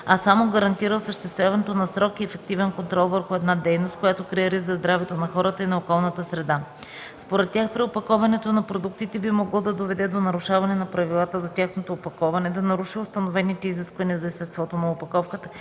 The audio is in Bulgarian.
а само гарантира осъществяването на строг и ефективен контрол върху една дейност, която крие риск за здравето на хората и на околната среда. Според тях преопаковането на продуктите би могло да доведе до нарушаване на правилата за тяхното опаковане, да наруши установените изисквания за естеството на опаковката